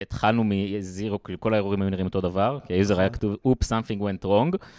התחלנו מ-0, כל האירועים היו נראים אותו דבר, כי הייתה כתוב, אופס, סאמפינג ונט רונג.